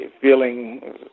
feeling